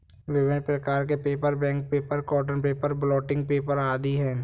विभिन्न प्रकार के paper, bank paper, cotton paper, blotting paper आदि हैं